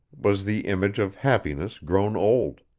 was the image of happiness grown old.